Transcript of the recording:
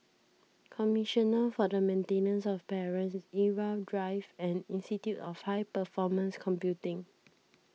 commissioner for the Maintenance of Parents Irau Drive and Institute of High Performance Computing